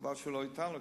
חבל שהוא לא אתנו כאן.